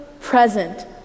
present